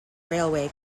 railway